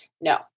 no